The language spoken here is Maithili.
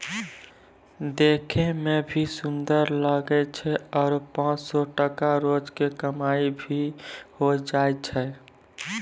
देखै मॅ भी सुन्दर लागै छै आरो पांच सौ टका रोज के कमाई भा भी होय जाय छै